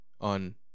on